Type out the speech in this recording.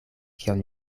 kion